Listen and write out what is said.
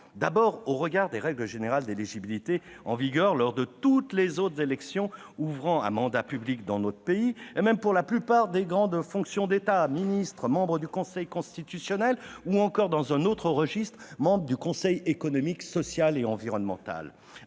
au regard des règles générales d'éligibilité en vigueur lors de toutes les autres élections ouvrant droit à mandat public dans notre pays, et même pour la plupart des grandes fonctions de l'État : ministre, membre du Conseil constitutionnel ou encore, et dans un autre registre, membre du Conseil économique, social et environnemental.